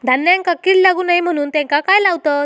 धान्यांका कीड लागू नये म्हणून त्याका काय लावतत?